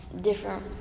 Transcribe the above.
different